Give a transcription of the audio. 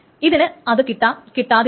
ഇതിന് അത് കിട്ടാം കിട്ടാതിരിക്കാം